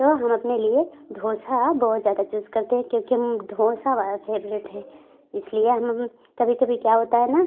तो हम अपने लिए डोसा बहुत ज़्यादा चूज़ करते हैं क्योंकि हम डोसा हमारा फेवरेट है इसलिए हम कभी कभी क्या होता है ना